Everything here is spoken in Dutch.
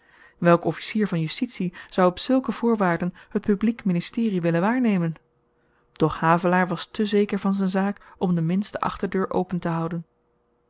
welk officier van justitie zou op zùlke voorwaarden t publiek ministerie willen waarnemen doch havelaar was te zeker van z'n zaak om de minste achterdeur open te houden